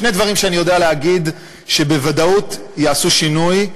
שני דברים שאני יודע להגיד שבוודאות יעשו שינוי,